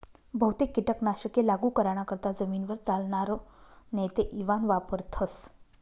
बहुतेक कीटक नाशके लागू कराना करता जमीनवर चालनार नेते इवान वापरथस